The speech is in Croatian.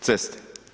ceste.